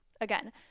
Again